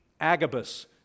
Agabus